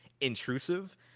intrusive